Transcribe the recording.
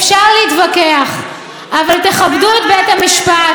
אפשר להתווכח, אבל תכבדו את בית המשפט.